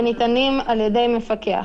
וניתנים על ידי מפקח.